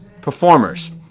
Performers